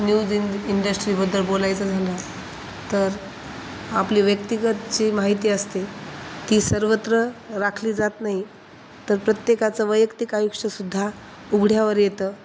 news इं इंडस्ट्रीबद्दल बोलायचं झालं तर आपली व्यक्तिगतची माहिती असते ती सर्वत्र राखली जात नाही तर प्रत्येकाचं वैयक्तिक आयुष्यसुद्धा उघड्यावर येतं